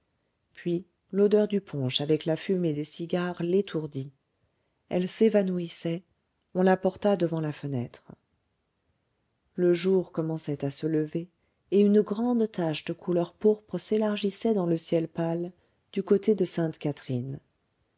puis l'odeur du punch avec la fumée des cigares l'étourdit elle s'évanouissait on la porta devant la fenêtre le jour commençait à se lever et une grande tache de couleur pourpre s'élargissait dans le ciel pâle du côté de saintecatherine